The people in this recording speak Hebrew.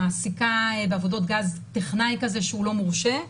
מעסיקה בעבודות גז טכנאי כזה שהוא לא מורשה,